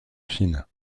chine